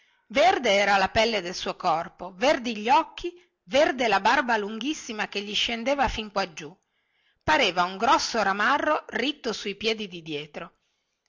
verde era la pelle del suo corpo verdi gli occhi verde la barba lunghissima che gli scendeva fin quaggiù pareva un grosso ramarro ritto su i piedi di dietro